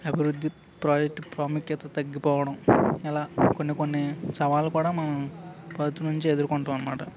అభివృద్ధి ప్రాజెక్ట్ ప్రాముఖ్యత తగ్గిపోవడం ఇలా కొన్ని కొన్ని సవాళ్లు కూడా మనం ప్రతి నుంచి ఎదుర్కొంటాం అన్నమాట